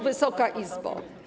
Wysoka Izbo!